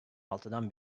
altıdan